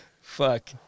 Fuck